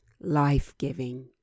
Life-giving